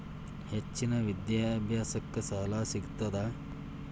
ಹೆಚ್ಚಿನ ವಿದ್ಯಾಭ್ಯಾಸಕ್ಕ ಸಾಲಾ ಸಿಗ್ತದಾ?